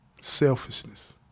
Selfishness